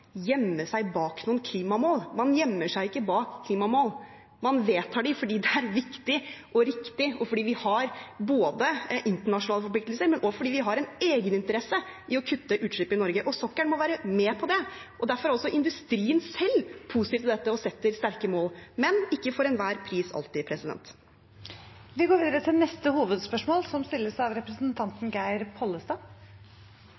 seg bak noen klimamål. Man gjemmer seg ikke bak klimamål. Man vedtar dem fordi det er viktig og riktig og fordi vi har både internasjonale forpliktelser og en egeninteresse av å kutte utslipp i Norge. Sokkelen må være med på det, og derfor er også industrien selv positiv til dette og setter sterke mål – men ikke for enhver pris, alltid. Vi går videre til neste hovedspørsmål.